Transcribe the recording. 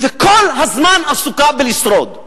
וכל הזמן עסוקה בלשרוד.